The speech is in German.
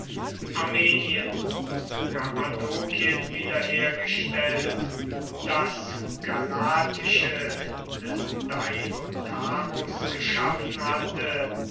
armenien und kappadokien wiederhergestellt das galatische des deiotarus geschaffen hatte